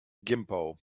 gimpo